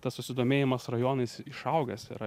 tas susidomėjimas rajonais išaugęs yra